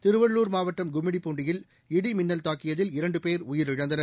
திருவள்ளூர் மாவட்டம் கும்மிடிப்பூண்டியில் இடி மின்னல் தாக்கியதில் இரண்டுபேர் உயிரிழந்தனர்